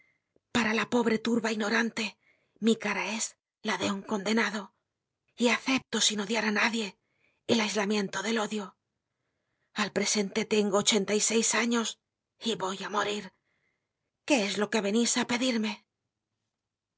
para la pobre turba ignorante mi cara es la de un condenado y acepto sin odiar á nadie el aislamiento del odio al presente tengo ochenta y seis años y voy á morir qué es lo que venís á pedirme